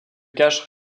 caches